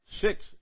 Six